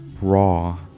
raw